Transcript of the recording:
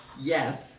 Yes